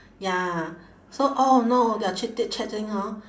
ya so all along they are chit~ chit-chatting orh